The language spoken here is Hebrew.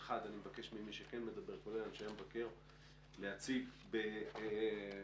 לכן אני מבקש ממי שכן מדבר להציג את הדברים באופן